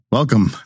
Welcome